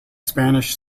spanish